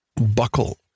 buckle